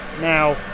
now